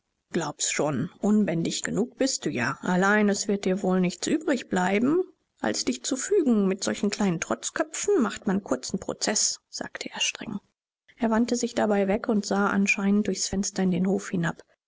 glaub's schon unbändig genug bist du ja allein es wird dir wohl nichts übrigbleiben als dich zu fügen mit solchen kleinen trotzköpfen macht man kurzen prozeß sagte er streng er wandte sich dabei weg und sah anscheinend durchs fenster in den hof hinab